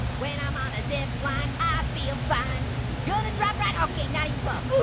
when i'm on a zipline, i feel fine gonna drop that okay, not even close.